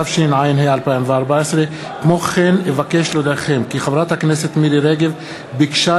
התשע"ה 2014. כמו כן אבקש להודיעכם כי חברת הכנסת מירי רגב ביקשה